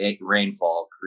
rainfall